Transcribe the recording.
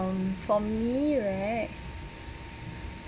um for me right